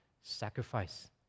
sacrifice